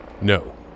No